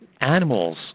animals